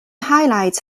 highlights